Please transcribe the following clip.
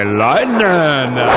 lightning